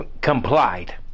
Complied